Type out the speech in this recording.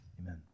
amen